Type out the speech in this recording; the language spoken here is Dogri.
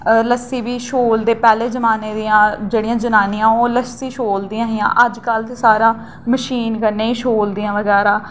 लस्सी बी छोलदे पैह्लें जमाने पैह्लें जमाने दियां जेह्ड़ियां जनानियां ओह् लस्सी छोलदियां हियां अजकल ते सारा मशीन कन्नै ई छोलदियां बगैरा